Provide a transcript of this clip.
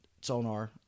sonar